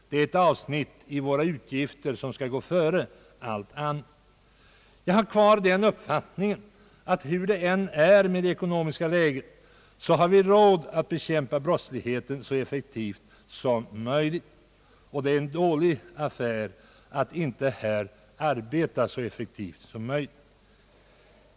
Det är ett avsnitt av våra utgifter som skall gå före allt annat. Jag har kvar den uppfattningen att vi, hur det ekonomiska läget än är, har råd att bekämpa brottsligheten så effektivt som möjligt. Det är i detta fall en dålig affär att inte arbeta så effektivt som möjligt.